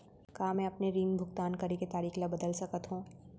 का मैं अपने ऋण भुगतान करे के तारीक ल बदल सकत हो?